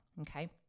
Okay